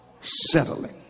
settling